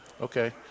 okay